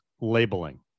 labeling